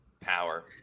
power